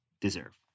deserve